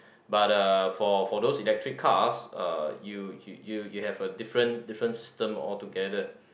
but uh for for those electric cars uh you you you have a different different system altogether